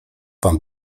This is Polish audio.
pan